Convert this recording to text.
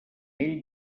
ell